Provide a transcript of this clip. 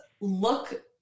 look